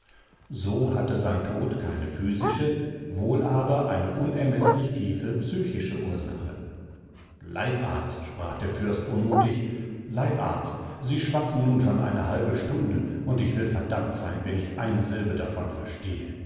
so hatte sein tod keine physische wohl aber eine unermeßlich tiefe psychische ursache leibarzt sprach der fürst unmutig leibarzt sie schwatzen nun schon eine halbe stunde und ich will verdammt sein wenn ich eine silbe davon verstehe